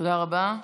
תודה רבה.